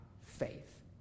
faith